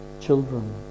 children